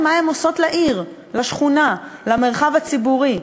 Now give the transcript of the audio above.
מה הן עושות לעיר, לשכונה, למרחב הציבורי.